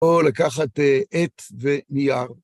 או לקחת עט ונייר.